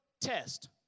test